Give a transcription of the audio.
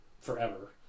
Forever